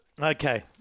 Okay